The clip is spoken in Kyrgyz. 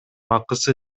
акысы